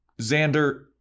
Xander